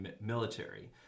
military